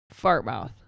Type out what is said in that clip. Fartmouth